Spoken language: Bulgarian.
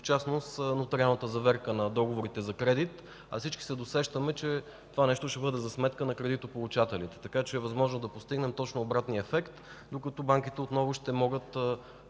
в частност нотариалната заверка на договорите за кредит. А всички се досещаме, че това ще бъде за сметка на кредитополучателите, така че е възможно да постигнем точно обратния ефект, докато банките отново ще могат